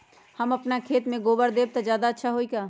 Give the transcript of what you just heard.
हम अपना खेत में गोबर देब त ज्यादा अच्छा होई का?